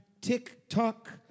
TikTok